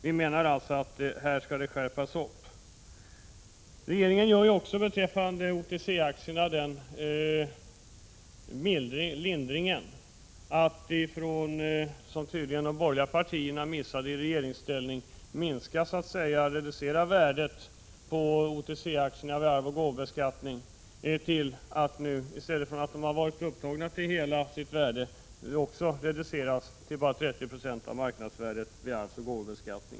Vi menar att här bör ske en skärpning. Regeringen föreslår också beträffande OTC-aktierna den lindringen —- som tydligen de borgerliga missade när de var i regeringsställning — att man skall reducera värdet av OTC-aktierna vid arvsoch gåvobeskattning till 30 96 av marknadsvärdet i stället för att som hittills ta upp dem till hela värdet.